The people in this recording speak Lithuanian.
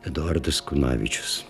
eduardas kunavičius